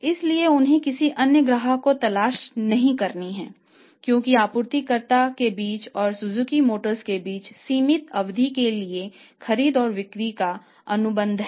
इसलिए उन्हें किसी अन्य ग्राहक की तलाश नहीं करनी है क्योंकि आपूर्तिकर्ता के बीच और सुजुकी मोटर्स के बीच सीमित अवधि के लिए खरीद और बिक्री का अनुबंध है